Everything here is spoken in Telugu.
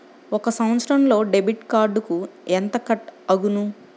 ఒక సంవత్సరంలో డెబిట్ కార్డుకు ఎంత కట్ అగును?